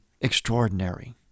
extraordinary